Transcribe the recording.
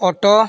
auto